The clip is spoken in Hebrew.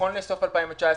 נכון לסוף 2019,